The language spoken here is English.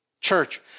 church